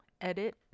edit